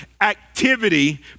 activity